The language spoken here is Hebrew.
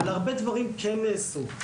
אבל הרבה דברים כן נעשו.